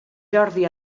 jordi